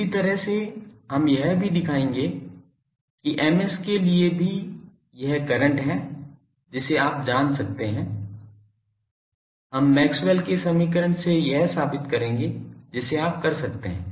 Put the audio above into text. इसी तरह से हम यह भी दिखाएंगे कि Ms के लिए भी यह करंट है जिसे आप जान सकते हैं हम मैक्सवेल के समीकरण से यह साबित करेंगे जिसे आप कर सकते हैं